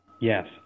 Yes